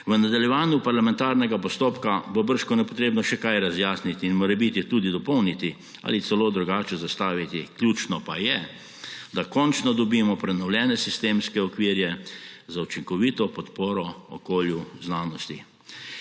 V nadaljevanju parlamentarnega postopka bo bržkone potrebno še kaj razjasniti in morebiti tudi dopolniti ali celo drugače zastaviti, ključno pa je, da končno dobimo prenovljene sistemske okvirje za učinkovito podporo okolju znanosti.